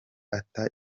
ata